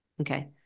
Okay